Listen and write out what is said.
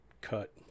cut